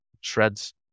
shreds